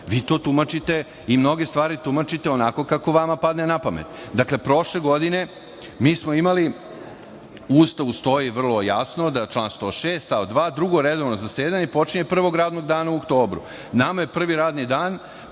vi to tumačite i mnoge stvari tumačite onako kako vama padne na pamet. Dakle, prošle godine mi smo imali, u Ustavu stoji vrlo jasno, član 106. stav 2. – drugo redovno zasedanje počinje prvog radnog dana u oktobru. Nama je prvi radni dan